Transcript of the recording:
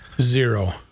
Zero